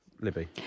Libby